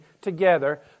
together